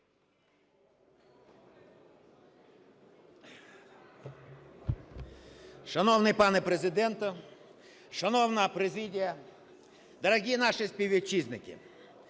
Шановний пане Президенте! Шановна президія! Дорогі наші співвітчизники!